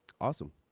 Awesome